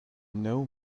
know